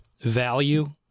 value